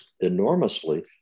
enormously